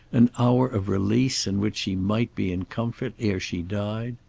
an hour of release in which she might be in comfort ere she died?